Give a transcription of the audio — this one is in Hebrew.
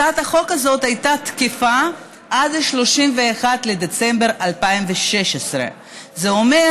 הצעת החוק הזאת הייתה תקפה עד 31 בדצמבר 2016. זה אומר